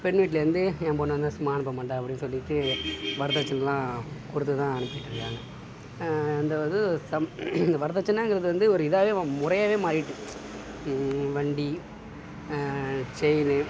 பெண் வீட்டுலேயிருந்து என் பொண்ணை வந்து சும்மா அனுப்ப மாட்டன் அப்படின்னு சொல்லிட்டு வரதட்சணைலாம் கொடுத்து தான் அனுப்பிட்ருக்குக்காங்க அந்த இது சம் வரதட்சணைங்குறது வந்து ஒரு இதாவே ச முறையாவே மாறிட்டு வண்டி செயின்